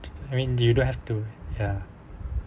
I mean do you don't have to ya